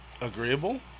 agreeable